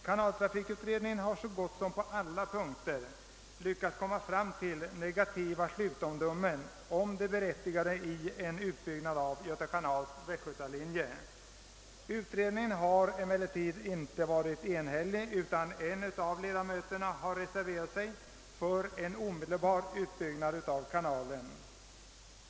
Kanaltrafikutredningen har på så gott som alla punkter lyckats komma fram till negativa slutomdömen om det berättigade i en utbyggnad av Göta kanals västgötalinje. Utredningen har emellertid ej varit enhällig. En av ledamöterna har reserverat sig för en omedelbar utbyggnad av kanalen.